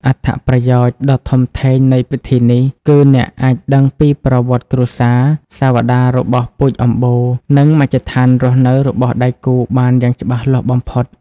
អត្ថប្រយោជន៍ដ៏ធំធេងនៃវិធីនេះគឺអ្នកអាចដឹងពីប្រវត្តិគ្រួសារ សាវតារបស់ពូជអម្បូរ និងមជ្ឈដ្ឋានរស់នៅរបស់ដៃគូបានយ៉ាងច្បាស់លាស់បំផុត។